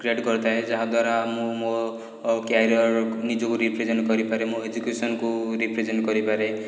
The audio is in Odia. କ୍ରିଏଟ୍ କରିଥାଏ ଯାହାଦ୍ୱାରା ମୁଁ ମୋ କ୍ୟାରିଅର୍ ନିଜକୁ ରିପ୍ରେଜେଣ୍ଟ୍ କରିପାରେ ମୋ ଏଜୁକେସନ୍କୁ ରିପ୍ରେଜେଣ୍ଟ୍ କରିପାରେ